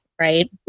right